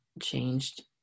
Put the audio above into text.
changed